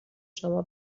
شما